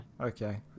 Okay